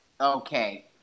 Okay